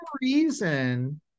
reason